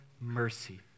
mercy